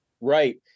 Right